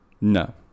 No